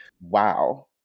Wow